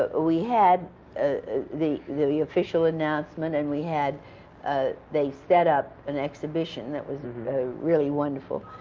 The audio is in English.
ah we had the the official announcement, and we had they set up an exhibition that was really wonderful,